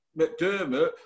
McDermott